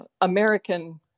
American